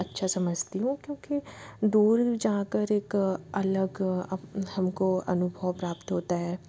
अच्छा समझती हूँ क्योंकि दूर जाकर एक अलग हमको अनुभव प्राप्त होता है